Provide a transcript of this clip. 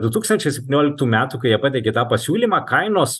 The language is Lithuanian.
du tūkstančiai spetynioliktų metų kai jie pateikė tą pasiūlymą kainos